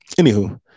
Anywho